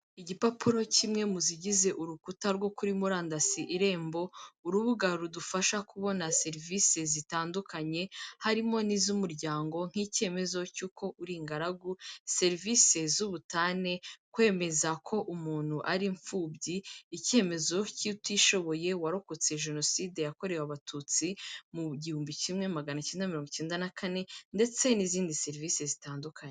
Igipapuro kimwe mu zigize urukuta rwo kuri murandasi irembo, urubuga rudufasha kubona serivisi zitandukanye, harimo n'iz'umuryango, nk'icyemezo cy'uko uri ingaragu, serivisi z'ubutane, kwemeza ko umuntu ari imfubyi, icyemezo cy'utishoboye warokotse Jenoside yakorewe abatutsi, mu gihumbi kimwe, magana cyenda mirongo icyenda na kane ndetse n'izindi serivisi zitandukanye.